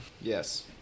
Yes